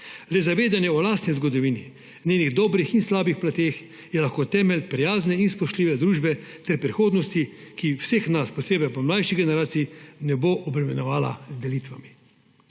Le zavedanje o lastni zgodovini, njenih dobrih in slabih plateh je lahko temelj prijazne in spoštljive družbe ter prihodnosti, ki vseh nas, posebej pa mlajših generacij, ne bo obremenjevala z delitvami.